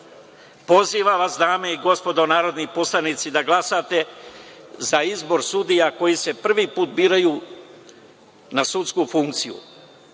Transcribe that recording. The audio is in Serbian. pozivam vas, dame i gospodo narodni poslanici, da glasate za izbor sudija koji se prvi put biraju na sudsku funkciju.